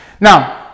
Now